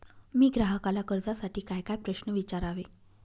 मी ग्राहकाला कर्जासाठी कायकाय प्रश्न विचारावे?